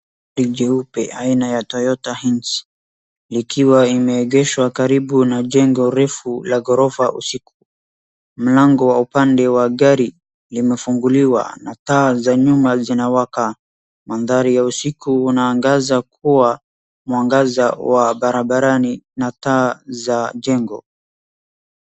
Gari jeupe aina ya Toyota Hich ikiwa imeegeshwa karibu na jengo refu la ghorofa usiku. Mlango wa upande wa gari limefunguliwa na taa za nyuma zinawaka, mandhari ya usiku na mwangaza za barabarani na taa za jengo.